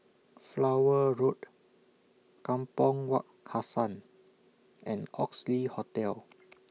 Flower Road Kampong Wak Hassan and Oxley Hotel